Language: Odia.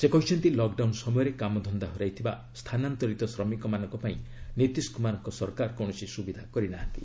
ସେ କହିଛନ୍ତି ଲକ୍ଡାଉନ୍ ସମୟରେ କାମଧନ୍ଦା ହରାଇଥିବା ସ୍ଥାନାନ୍ତରିତ ଶ୍ରମିକମାନଙ୍କ ପାଇଁ ନୀତିଶ କୁମାର ସରକାର କୌଣସି ସୁବିଧା କରି ନାହାନ୍ତି